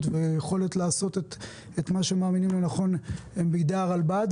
והיכולת לעשות את מה שמאמינים לנכון בידי הרלב"ד.